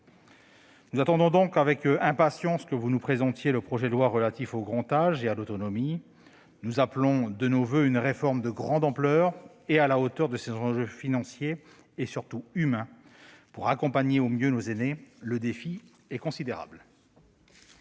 Nous attendons donc avec impatience que vous nous présentiez le projet de loi relatif au grand âge et à l'autonomie. Nous appelons de nos voeux une réforme de grande ampleur, à la hauteur de ses enjeux financiers et surtout humains, pour accompagner au mieux nos cinés. Le défi est considérable.